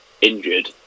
injured